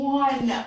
one